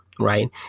Right